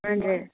हजुर